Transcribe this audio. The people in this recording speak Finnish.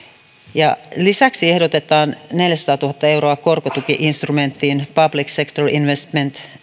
ja lisäksi ehdotetaan neljäsataatuhatta euroa korkotuki instrumenttiin public sector investment